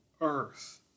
earth